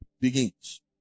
begins